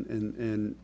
space in